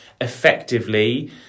effectively